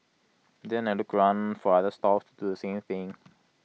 and then I'll look around for other stalls to do the same thing